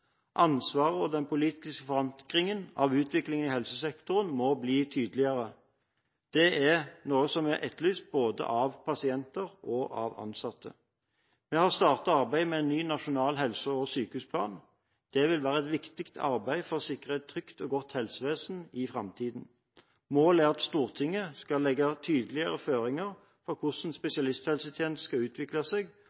Ansvaret og den politiske forankringen av utviklingen i helsesektoren må bli tydeligere. Det er noe som er etterlyst av både pasienter og ansatte. Vi har startet arbeidet med en ny nasjonal helse- og sykehusplan. Det vil være et viktig arbeid for å sikre et trygt og godt helsevesen i framtiden. Målet er at Stortinget skal legge tydeligere føringer for hvordan